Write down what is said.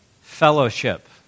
fellowship